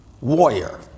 warrior